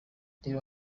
reba